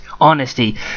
honesty